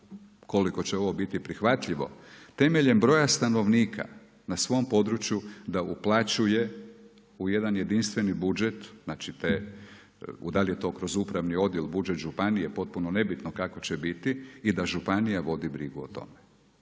koliko će ovo biti prihvatljivo, temeljem broja stanovnika na svom području, da uplaćuje u jedan jedinstveni budžet, znači te, da li je to kroz upravni odjel, budžet županije, potpuno nebitno kako će biti i da županija vodi brigu o tome.